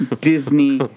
Disney